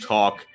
Talk